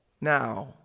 Now